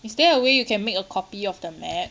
is there a way you can make a copy of the map